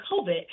COVID